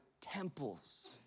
temples